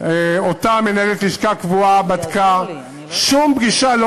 אותה מנהלת לשכה קבועה בדקה: שום פגישה לא